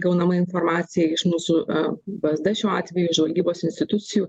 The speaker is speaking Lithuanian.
gaunama informacija iš mūsų vsd šiuo atveju žvalgybos institucijų